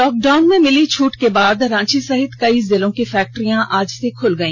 lockdown में मिली छूट के बाद रांची सहित कई जिलों की फैक्ट्रियां आज से खुल गई